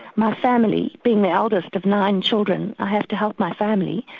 my family, being the eldest of nine children, i have to help my family,